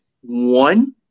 one